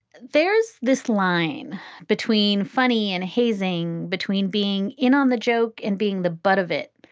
there's this line between funny and hazing, between being in on the joke and being the butt of it.